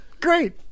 Great